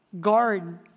Guard